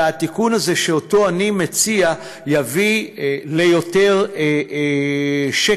התיקון הזה שאותו אני מציע יביא ליותר שקט,